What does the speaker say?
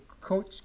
coach